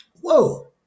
Whoa